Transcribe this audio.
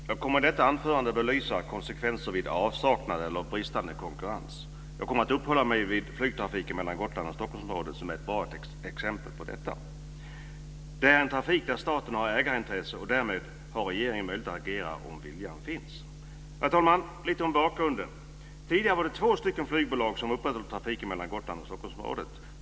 Herr talman! Jag kommer i detta anförande att belysa konsekvenser vid avsaknad av eller bristande konkurrens. Jag kommer uppehålla mig vid flygtrafiken mellan Gotland och Stockholmsområdet som är ett bra exempel på detta. Det är en trafik där staten har ägarintresse och därmed har regeringen möjlighet att agera om viljan finns. Herr talman! Lite om bakgrunden. Tidigare var det två flygbolag som upprätthöll trafiken mellan Gotland och Stockholmsområdet.